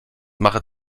mache